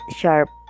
sharp